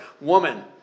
woman